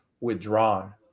withdrawn